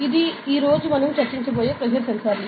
ఇది ఈ రోజు మనం చర్చించబోయే ప్రెజర్ సెన్సార్లు